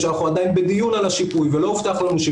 הוא לא ניתן לקידום של הרצפה המובטחת של ה-100%